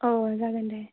औ जागोन दे